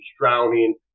drowning